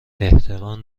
احتقان